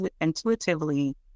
intuitively